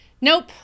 Nope